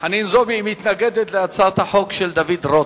חנין זועבי, היא מתנגדת להצעת החוק של דוד רותם.